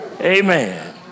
amen